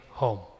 home